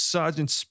Sergeant